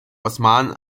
osmanen